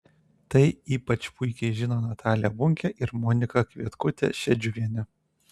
tai ypač puikiai žino natalija bunkė ir monika kvietkutė šedžiuvienė